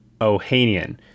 Ohanian